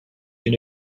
you